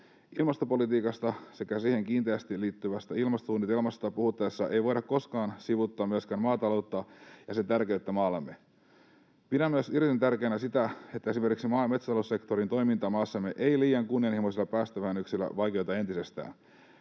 Ilmastopolitiikasta sekä siihen kiinteästi liittyvästä ilmastosuunnitelmasta puhuttaessa ei voida koskaan sivuuttaa myöskään maataloutta ja sen tärkeyttä maallemme. Pidän myös erittäin tärkeänä sitä, että esimerkiksi maa- ja metsätaloussektorin toimintaa maassamme ei liian kunnianhimoisilla päästövähennyksillä vaikeuteta entisestään.